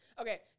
Okay